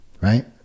right